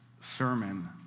sermon